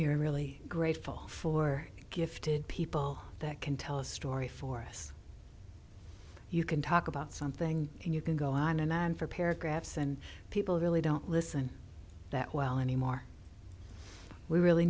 and we're really grateful for gifted people that can tell a story for us you can talk about something and you can go on and i'm for paragraphs and people really don't listen that well anymore we really